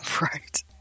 Right